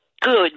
Good